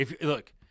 Look